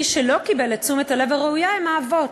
מי שלא קיבלו את תשומת הלב הראויה הם האבות.